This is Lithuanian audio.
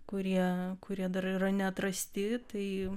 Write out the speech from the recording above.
kurie kurie dar yra neatrasti tai